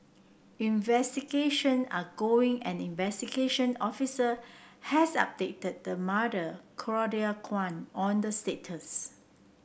investigation are going and investigation officer has updated the mother Claudia Kwan on the status